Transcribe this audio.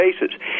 bases